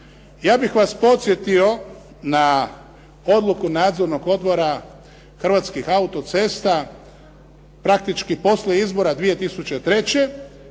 Ja bih vas podsjetio na odluku Nadzornog odbora Hrvatskih autocesta praktički poslije izbora 2003.